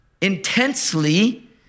intensely